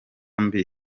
mbi